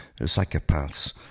Psychopaths